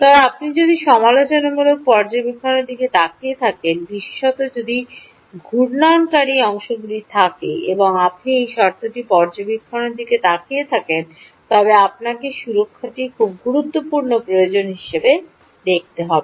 তবে আপনি যদি সমালোচনামূলক পর্যবেক্ষণের দিকে তাকিয়ে থাকেন বিশেষত যদি ঘূর্ণনকারী অংশগুলি থাকে এবং আপনি এই শর্তটি পর্যবেক্ষণের দিকে তাকিয়ে থাকেন তবে আপনাকে সুরক্ষাটিকে খুব গুরুত্বপূর্ণ প্রয়োজন হিসাবে দেখতে হবে